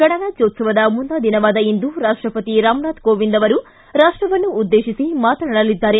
ಗಣರಾಜ್ಯೋತ್ಸವದ ಮುನ್ನಾ ದಿನವಾದ ಇಂದು ರಾಷ್ಟಪತಿ ರಾಮನಾಥ್ ಕೋವಿಂದ್ ರಾಷ್ಟವನ್ನು ಉದ್ದೇಶಿಸಿ ಮಾತನಾಡಲಿದ್ದಾರೆ